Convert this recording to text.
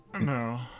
No